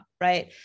right